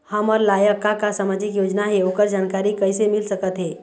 हमर लायक का का सामाजिक योजना हे, ओकर जानकारी कइसे मील सकत हे?